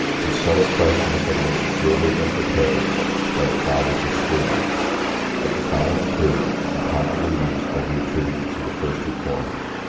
these subtile questions had most assuredly been prepared by the fathers and schoolmen but the final improvement and popular use may be attributed to the first reformers,